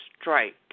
strike